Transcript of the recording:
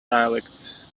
dialect